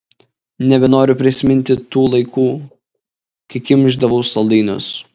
nebenoriu prisiminti tų laikų kai kimšdavau saldainius